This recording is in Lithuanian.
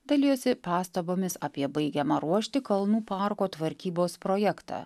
dalijosi pastabomis apie baigiamą ruošti kalnų parko tvarkybos projektą